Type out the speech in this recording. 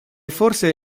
forse